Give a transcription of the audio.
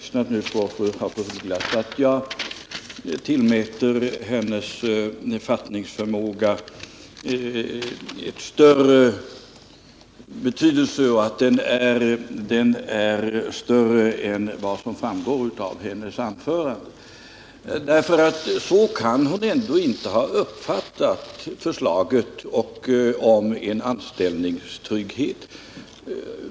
Tillåt mig säga, efter att ha lyssnat till fru af Ugglas, att jag tillmäter henne större fattningsförmåga än vad som framgår av hennes anförande, därför att så kan fru af Ugglas ändå inte ha uppfattat förslaget om en anställningstrygghet.